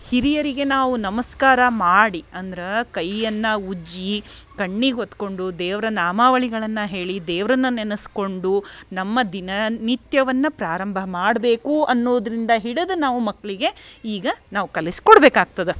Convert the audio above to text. ಹಿರಿಯರಿಗೆ ನಾವು ನಮಸ್ಕಾರ ಮಾಡಿ ಅಂದ್ರೆ ಕೈಯನ್ನು ಉಜ್ಜಿ ಕಣ್ಣಿಗೆ ಒತ್ಕೊಂಡು ದೇವ್ರ ನಾಮಾವಳಿಗಳನ್ನು ಹೇಳಿ ದೇವ್ರನ್ನು ನೆನೆಸ್ಕೊಂಡು ನಮ್ಮ ದಿನ ನಿತ್ಯವನ್ನು ಪ್ರಾರಂಭ ಮಾಡಬೇಕು ಅನ್ನೋದರಿಂದ ಹಿಡಿದು ನಾವು ಮಕ್ಕಳಿಗೆ ಈಗ ನಾವು ಕಲಿಸ್ಕೋಡ್ಬೇಕು ಆಗ್ತದ